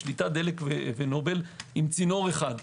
בשליטת דלק ונובל עם צינור אחד.